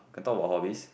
can talk about hobbies